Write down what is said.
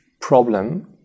problem